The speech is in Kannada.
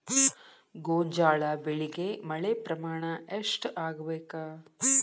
ಗೋಂಜಾಳ ಬೆಳಿಗೆ ಮಳೆ ಪ್ರಮಾಣ ಎಷ್ಟ್ ಆಗ್ಬೇಕ?